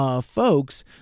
Folks